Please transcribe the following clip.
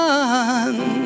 one